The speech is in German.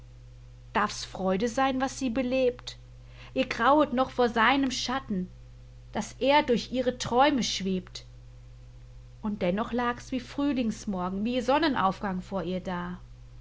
darf's freude sein was sie belebt ihr grauet noch vor seinem schatten daß er durch ihre träume schwebt und dennoch lag's wie frühlingsmorgen wie sonnenaufgang vor ihr da